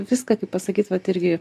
viską kaip pasakyt vat irgi